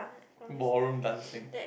ballroom dancing